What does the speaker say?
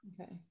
okay